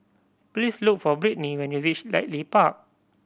please look for Brittney when you reach Ridley Park